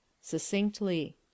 Succinctly